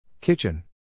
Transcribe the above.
Kitchen